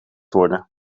worden